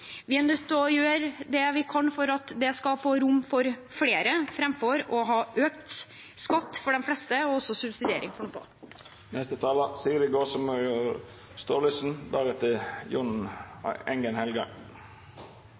Vi er nødt til å gjøre det vi kan for at det skal få rom for flere, framfor å ha økt skatt for de fleste og subsidiering for noen få.